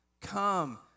Come